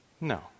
No